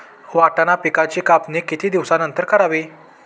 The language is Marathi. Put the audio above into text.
वाटाणा पिकांची कापणी किती दिवसानंतर करावी?